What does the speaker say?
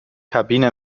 kabine